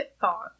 thought